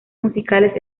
musicales